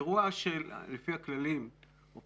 לפי הכללים שוב,